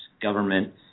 government